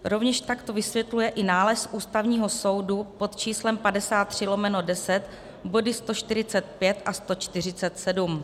Rovněž tak to vysvětluje i nález Ústavního soudu pod č. 53/10, body 145 a 147.